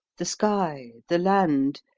the sky, the land,